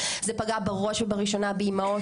זה פגע בראש ובראשונה באימהות